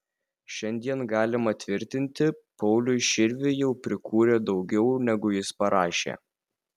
šiandien galima tvirtinti pauliui širviui jau prikūrė daugiau negu jis parašė